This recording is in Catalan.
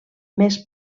més